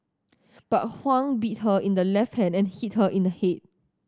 but Huang bit her in the left hand and hit her in the head